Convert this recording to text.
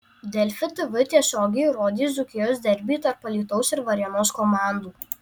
delfi tv tiesiogiai rodys dzūkijos derbį tarp alytaus ir varėnos komandų